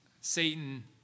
Satan